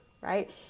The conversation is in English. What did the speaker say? right